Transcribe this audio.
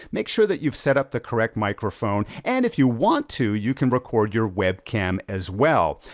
make sure that you've set up the correct microphone, and if you want to, you can record your webcam as well.